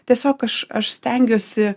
tiesiog aš aš stengiuosi